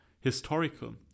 historical